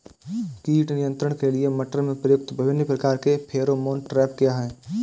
कीट नियंत्रण के लिए मटर में प्रयुक्त विभिन्न प्रकार के फेरोमोन ट्रैप क्या है?